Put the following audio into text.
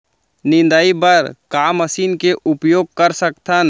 निंदाई बर का मशीन के उपयोग कर सकथन?